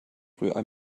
rührei